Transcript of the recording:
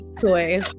toy